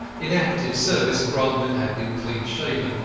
in active service grodman had been clean-shaven,